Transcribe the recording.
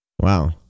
wow